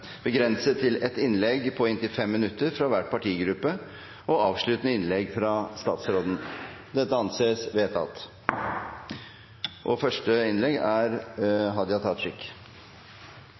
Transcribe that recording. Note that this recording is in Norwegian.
begrenset til ett innlegg på inntil 5 minutter fra hver partigruppe og avsluttende innlegg fra statsråden. – Det anses vedtatt.